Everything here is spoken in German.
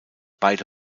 beide